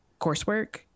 coursework